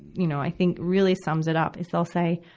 you know, i think really sums it up is they'll say,